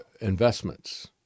investments